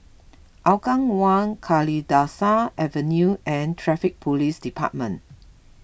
Hougang one Kalidasa Avenue and Traffic Police Department